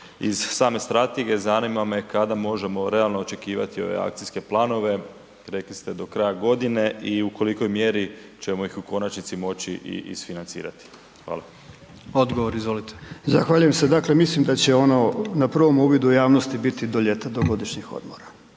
iz same strategije, zanima me kada možemo realno očekivati ove akcijske planove? Rekli ste do kraja godine i u kolikoj mjeri ćemo ih u konačnici moći i izfinancirati. Hvala. **Jandroković, Gordan (HDZ)** Odgovor, izvolite. **Horvat, Mile (SDSS)** Zahvaljujem se. Dakle, mislim da će ono, na prvom uvidu javnosti biti do ljeta, do godišnjih odmora.